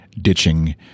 ditching